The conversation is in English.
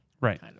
Right